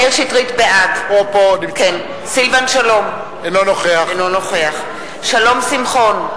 בעד סילבן שלום, אינו נוכח שלום שמחון,